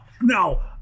No